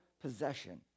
possession